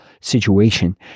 situation